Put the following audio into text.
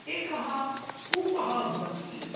एकः कूपः भवति